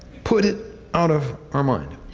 put it out of our mind.